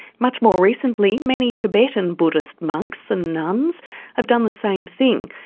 much more recently, many tibetan buddhist monks and nuns have done the same thing,